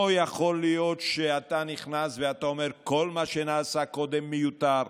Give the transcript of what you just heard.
לא יכול להיות שאתה נכנס ואתה אומר: כל מה שנעשה קודם מיותר,